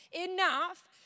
enough